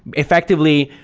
effectively,